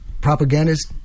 propagandist